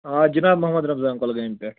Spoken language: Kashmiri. آ جِناب محمد رمضان کۄلگامہِ پٮ۪ٹھ